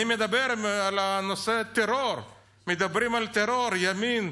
אני מדבר על נושא הטרור, מדברים על טרור, ימין,